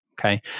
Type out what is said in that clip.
Okay